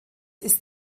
ist